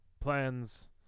plans